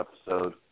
episode